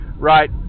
right